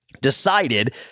decided